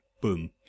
Boom